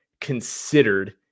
considered